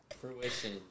Fruition